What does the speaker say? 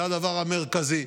זה הדבר המרכזי,